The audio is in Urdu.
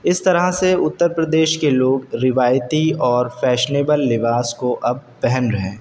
اس طرح سے اتر پردیش کے لوگ روایتی اور فیشنیبل لباس کو اب پہن رہے ہیں